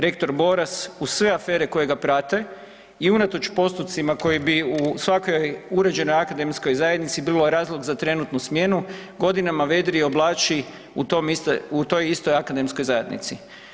Rektor Boras uz sve afere koje ga prate i unatoč postupcima koji bi u svakoj uređenoj akademskoj zajednici bilo razlog za trenutnu smjenu, godinama vedri i oblači u toj istoj akademskoj zajednici.